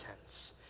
tense